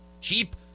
Cheap